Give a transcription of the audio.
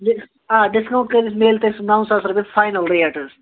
with a discount کٔرِتھ میلہِ تۄہہِ سُہ نَو ساس رۄپیہِ فاینَل ریٹ حظ